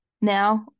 Now